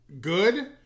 good